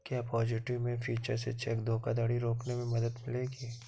क्या positive pay feature से check धोखाधड़ी रोकने में मदद मिलेगी?